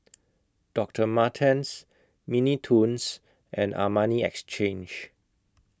Doctor Martens Mini Toons and Armani Exchange